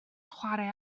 chwarae